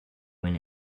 win